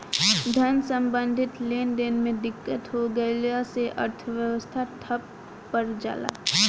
धन सम्बन्धी लेनदेन में दिक्कत हो गइला से अर्थव्यवस्था ठप पर जला